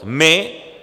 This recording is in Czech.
My?